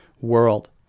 world